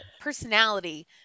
personality